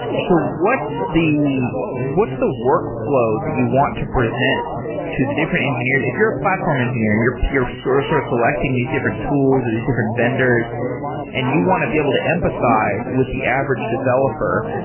so what's the what's the workflow that you want to present to the different engineers? if you're a platform engineer, and you're sort you're sort of sort of selecting these different tools or these different vendors and you want to be able to empathize with the average developer.